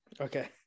Okay